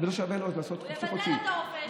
לא שווה לו לעשות חופשי חודשי.